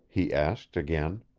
he asked, again.